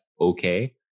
okay